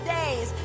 days